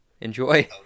Enjoy